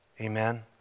Amen